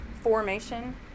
formation